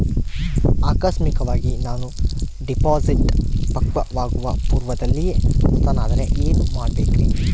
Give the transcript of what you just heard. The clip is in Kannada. ಆಕಸ್ಮಿಕವಾಗಿ ನಾನು ಡಿಪಾಸಿಟ್ ಪಕ್ವವಾಗುವ ಪೂರ್ವದಲ್ಲಿಯೇ ಮೃತನಾದರೆ ಏನು ಮಾಡಬೇಕ್ರಿ?